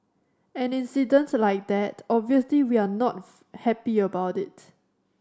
an incident like that obviously we are not happy about it